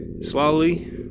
Slowly